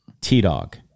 T-Dog